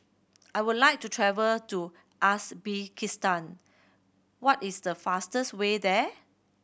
I would like to travel to Uzbekistan what is the fastest way there